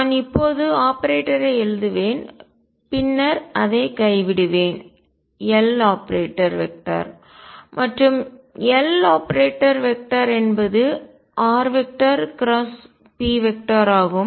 நான் இப்போது ஆபரேட்டரை எழுதுவேன் பின்னர் அதை கைவிடுவேன் Loperator மற்றும் Loperator என்பது rp ஆகும்